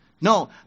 No